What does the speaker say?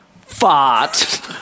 Fart